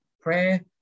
prayer